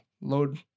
load